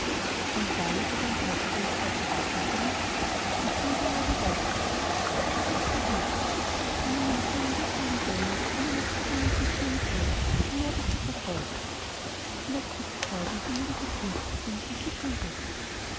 und da hätte dein bräutigam bis heute warten sollen und warum gerade heute weßhalb nicht kann er mir nicht einen wink geben wollen daß immer noch zu wenig geschehen sei die mörder zu verfolgen daß vielleicht jetzt zeit und gelegenheit günstig sind sie zu entdecken